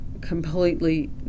completely